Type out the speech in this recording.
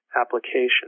application